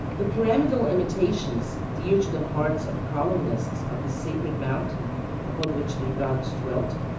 the pyramidal imitations, dear to the hearts of colonists of the sacred mountain upon which their gods dwelt,